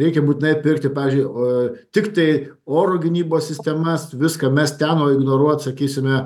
reikia būtinai pirkti pavyzdžiui o tiktai oro gynybos sistemas viską mes ten o ignoruot sakysime